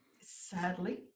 sadly